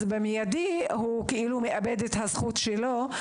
אז במיידי הוא כאילו מאבד את זכותו.